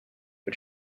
but